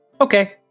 Okay